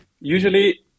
Usually